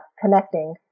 Connecting